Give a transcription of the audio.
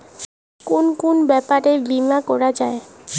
কুন কুন ব্যাপারে বীমা করা যায়?